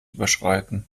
überschreiten